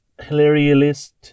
hilarious